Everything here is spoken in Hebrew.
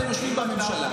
אתם יושבים בממשלה,